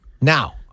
Now